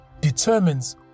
determines